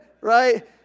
right